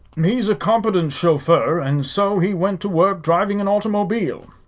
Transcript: he's a competent chauffeur, and so he went to work driving an automobile.